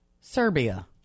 Serbia